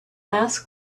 asked